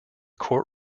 court